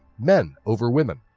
men over women,